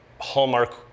hallmark